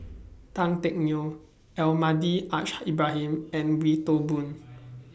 Tan Teck Neo Almahdi Al Haj Ibrahim and Wee Toon Boon